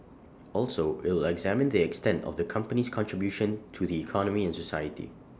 also will examine the extent of the company's contribution to the economy and society